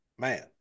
Man